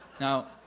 now